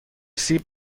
سیب